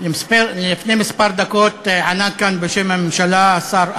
לפני כמה דקות ענה כאן בשם הממשלה השר אקוניס,